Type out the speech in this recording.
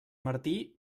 martí